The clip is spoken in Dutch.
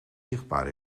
zichtbaar